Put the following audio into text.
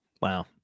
Wow